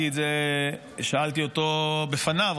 שאלתי אותו בפניו,